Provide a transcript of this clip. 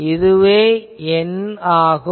இதுவே N ஆகும்